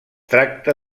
tracta